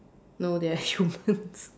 no they are humans